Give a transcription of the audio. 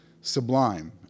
sublime